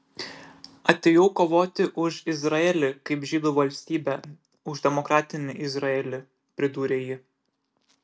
atėjau kovoti už izraelį kaip žydų valstybę už demokratinį izraelį pridūrė ji